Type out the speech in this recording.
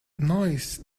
nice